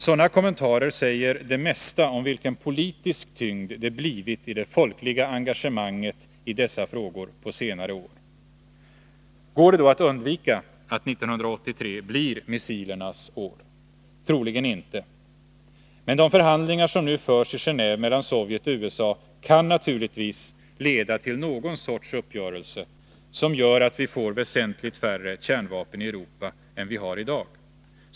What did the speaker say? Sådana kommentarer säger det mesta om vilken politisk tyngd det folkliga engagemanget i dessa frågor har fått på senare år. Går det då att undvika att 1983 blir ”missilernas år”? Troligen inte. Men de förhandlingar som nu förs i Genåve mellan Sovjet och USA kan naturligtvis leda till någon sorts uppgörelse, som gör att vi får väsentligt färre kärnvapen i Europa än vi har i dag.